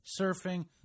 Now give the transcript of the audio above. surfing